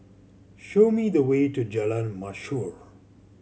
show me the way to Jalan Mashhor